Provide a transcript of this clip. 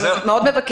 אני מבקשת מאוד.